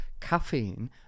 caffeine